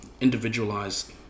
individualized